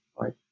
right